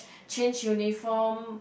change uniform